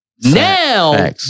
Now